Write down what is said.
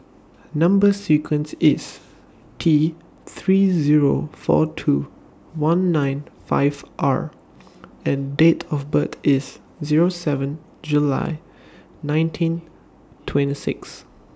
Number sequence IS T three Zero four two one nine five R and Date of birth IS Zero seven July nineteen twenty six